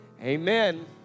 amen